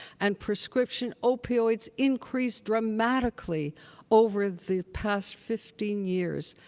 and prescription opioids increased dramatically over the past fifteen years,